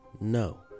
No